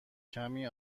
کمی